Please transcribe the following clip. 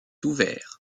ouvert